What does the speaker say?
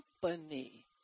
company